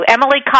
Emily